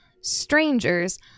strangers